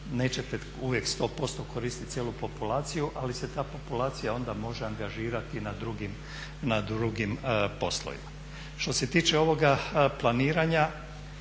nećete uvijek 100% koristit cijelu populaciju ali se ta populacija onda može angažirati na drugim poslovima. Što se tiče ovoga planiranja,